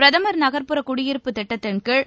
பிரதம் நகர்ப்புற குடியிருப்பு திட்டத்தின்கீழ்